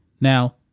Now